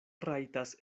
rajtas